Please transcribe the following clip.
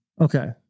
Okay